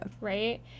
Right